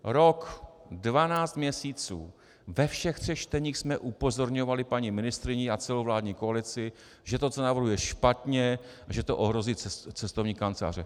Rok, 12 měsíců, ve všech třech čteních jsme upozorňovali paní ministryni a celou vládní koalici, že to, co se navrhuje, je špatně, že to ohrozí cestovní kanceláře.